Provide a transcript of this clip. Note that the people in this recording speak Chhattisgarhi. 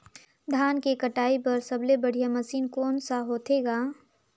धान के कटाई बर सबले बढ़िया मशीन कोन सा होथे ग?